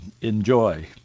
enjoy